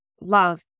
love